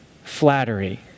flattery